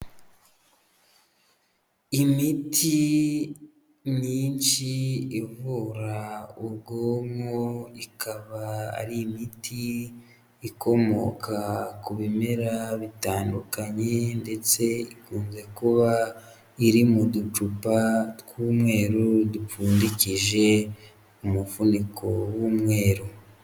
Imiti myinshi ivura ubwonko, ikaba ari imiti ikomoka ku bimera bitandukanye ndetse ikunze kuba iri mu ducupa tw'umweru dupfundikije umufuniko w'umweru.